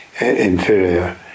inferior